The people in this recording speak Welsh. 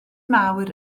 mawr